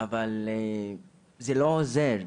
אבל זה לא עוזר.